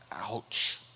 Ouch